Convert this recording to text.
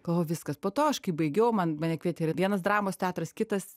galvojau viskas po to aš kai baigiau man mane kvietė ir vienas dramos teatras kitas